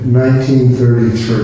1933